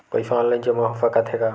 पईसा ऑनलाइन जमा हो साकत हे का?